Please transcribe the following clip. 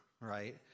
right